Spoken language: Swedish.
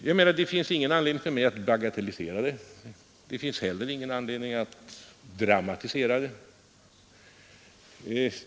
Det finns som sagt ingen anledning för mig att bagatellisera den nedfrysningen men inte heller någon anledning att dramatisera den.